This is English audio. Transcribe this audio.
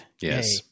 Yes